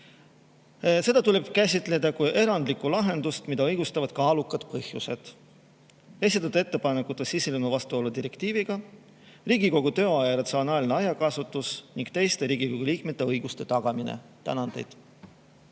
Seda tuleb käsitleda kui erandlikku lahendust, mida õigustavad kaalukad põhjused: esitatud ettepanekute sisemine vastuolu direktiiviga, Riigikogu tööaja ratsionaalne ajakasutus ning teiste Riigikogu liikmete õiguste tagamine. Minu